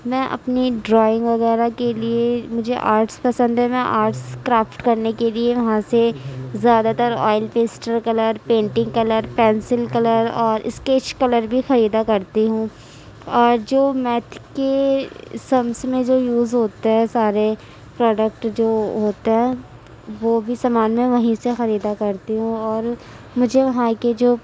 میں اپنی ڈرائنگ وغیرہ کے لیے مجھے آرٹس پسند ہے میں آرٹس کرافٹ کرنے کے لیے وہاں سے زیادہ تر oil pastel colour painting colour pencil colour اور اسکیچ کلر بھی خریدا کرتی ہوں اور جو میتھ کے سمس میں جو یوز ہوتا ہے سارے پروڈکٹ جو وہ ہوتا ہے وہ بھی سامان میں وہیں سے خریدا کرتی ہوں اور مجھے وہاں کے جو